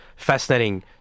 fascinating